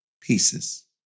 pieces